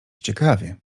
ciekawie